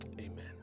amen